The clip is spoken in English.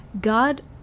God